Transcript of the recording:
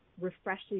refreshing